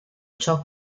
ciò